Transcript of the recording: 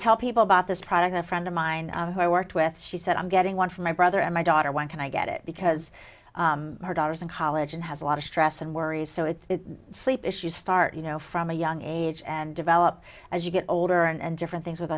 tell people about this product a friend of mine who i worked with she said i'm getting one for my brother and my daughter when can i get it because her daughter's in college and has a lot of stress and worries so it's sleep issues start you know from a young age and develop as you get older and different things with